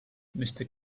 mister